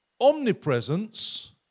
omnipresence